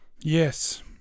Yes